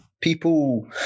people